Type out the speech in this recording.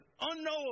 unknowable